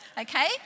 Okay